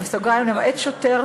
למעט שוטר,